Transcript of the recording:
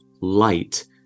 light